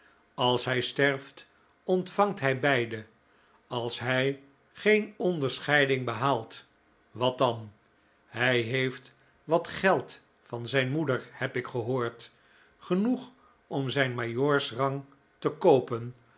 als hij sterft ontvangt hij beide als hij geen onderscheiding behaalt wat dan hij heeft wat geld van zijn moeder heb ik gehoord genoeg om zijn majoorsrang te koopen